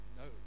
no